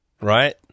right